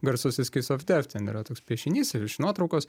garsusis kis of def ten yra toks piešinys ir iš nuotraukos